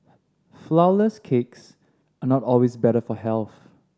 flourless cakes are not always better for health